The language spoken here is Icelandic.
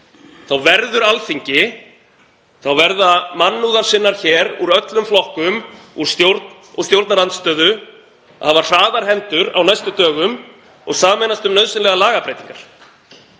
þá verður Alþingi, þá verða mannúðarsinnar hér úr öllum flokkum, úr stjórn og stjórnarandstöðu, að hafa hraðar hendur á næstu dögum og sameinast um nauðsynlegar lagabreytingar.